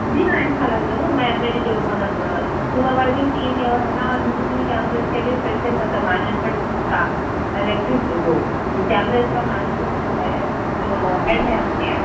جی ہاں اِنشاء اللہ ضرور میں میری جو مطلب سوپروائزنگ ٹیم جو ہے نا اور C C T V cameras کے بھی اسپیشل مطلب مینجمنٹ اُس کا الیکٹیو وہ کیمریز کا مینجمنٹ جو ہے جو اُنہوں ہیڈ ہیں اُس کے